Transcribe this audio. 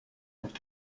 und